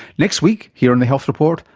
next week here on the health report,